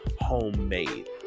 homemade